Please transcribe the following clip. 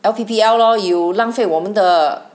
L_P_P_L lor you 浪费我们的